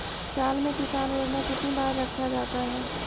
साल में किसान योजना कितनी बार रखा जाता है?